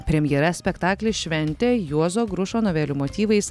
premjera spektaklis šventė juozo grušo novelių motyvais